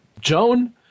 Joan